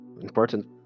important